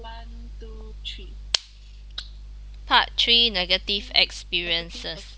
one two three part three negative experiences